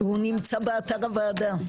הוא נמצא באתר הוועדה.